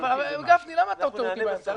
אבל, הרב גפני, למה אתה עוצר אותי באמצע?